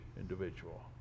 individual